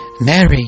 Mary